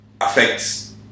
affects